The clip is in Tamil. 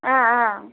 ஆஆ